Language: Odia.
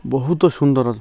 ବହୁତ ସୁନ୍ଦର